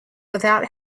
without